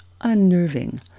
unnerving